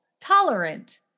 tolerant